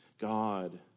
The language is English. God